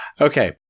Okay